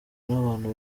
n’abantu